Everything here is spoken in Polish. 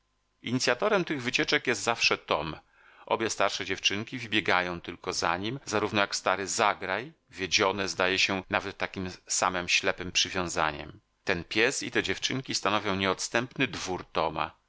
inicjatorem tych wycieczek jest zawsze tom obie starsze dziewczynki wybiegają tylko za nim zarówno jak stary zagraj wiedzione zdaje się nawet takiem samem ślepem przywiązaniem ten pies i te dziewczynki stanowią